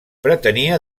pretenia